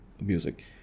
music